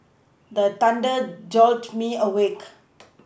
the thunder jolt me awake